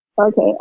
Okay